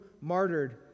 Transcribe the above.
martyred